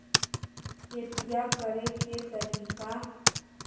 खेतिया करेके के तारिका?